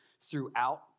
throughout